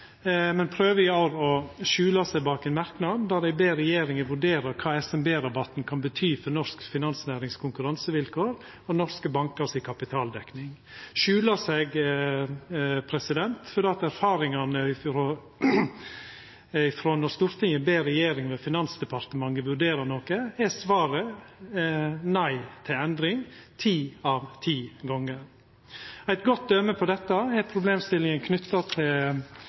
men prøver i år å skjula seg bak ein merknad der dei ber regjeringa vurdera kva SMB-rabatten kan bety for konkurransevilkåra til norsk finansnæring og kapitaldekninga til norske bankar – skjula seg fordi erfaringane er at når Stortinget ber regjeringa og Finansdepartementet vurdera noko, er svaret nei til endring ti av ti gonger. Eit godt døme på dette er problemstillinga knytt til